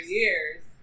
years